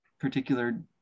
particular